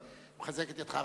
מחזק את ידיך.